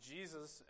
Jesus